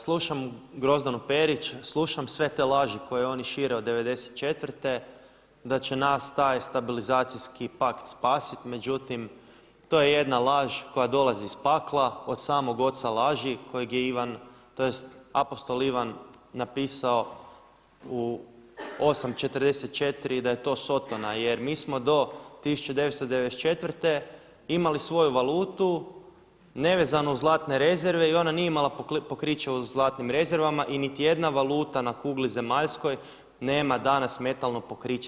Slušam Grozdanu Perić, slušam sve te laži koje oni šire od '94. da će nas taj stabilizacijski pakt spasiti, međutim to je jedna laž koja dolazi iz pakla od samog oca laži koje je apostol Ivan napisao u 8:44 da je to sotona jer mi smo do 1994. imali svoju valutu nevezano uz zlatne rezerve i ona nije imala pokriće u zlatnim rezervama i niti jedna valuta na kugli zemaljskoj nema danas metalno pokriće.